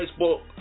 Facebook